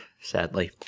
sadly